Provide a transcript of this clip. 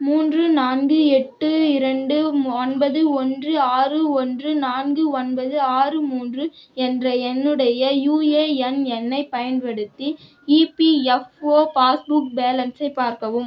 மூன்று நான்கு எட்டு இரண்டு ஒன்பது ஒன்று ஆறு ஒன்று நான்கு ஒன்பது ஆறு மூன்று என்ற என்னுடைய யூஏஎன் எண்ணைப் பயன்படுத்தி இபிஎஃப்ஓ பாஸ்புக் பேலன்ஸை பார்க்கவும்